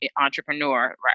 entrepreneur